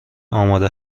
آماده